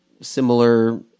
similar